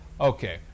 Okay